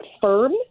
firm